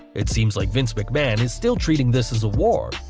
it seems like vince mcmahon is still treating this as a war,